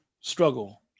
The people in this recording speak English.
struggle